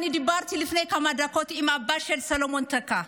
אני דיברתי לפני כמה דקות עם אבא של סלומון טקה.